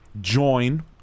Join